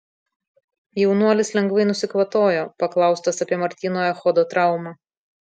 jaunuolis lengvai nusikvatojo paklaustas apie martyno echodo traumą